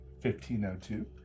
1502